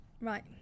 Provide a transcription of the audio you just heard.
Right